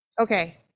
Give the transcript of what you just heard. Okay